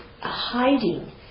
hiding